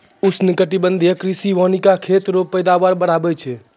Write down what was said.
उष्णकटिबंधीय कृषि वानिकी खेत रो पैदावार बढ़ाबै छै